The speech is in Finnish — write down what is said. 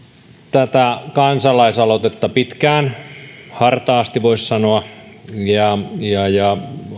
tätä kansalaisaloitetta pitkään hartaasti voisi sanoa ja ja